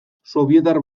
sobietar